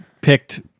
picked